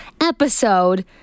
episode